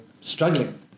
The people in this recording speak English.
struggling